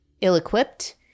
ill-equipped